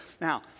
Now